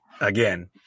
again